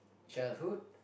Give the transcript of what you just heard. childhood